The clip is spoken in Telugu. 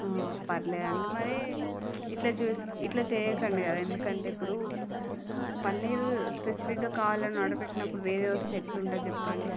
పరవాలేదండి మరి ఇట్లా చూసుకో ఇట్ల చేయకండి కదా ఎందుకంటే ఇప్పుడు పన్నీరు స్పెసిఫిక్గా కావాలని ఆర్డర్ పెట్టినప్పుడు వేరే వస్తే ఎట్ల ఉంటుంది చెప్పండి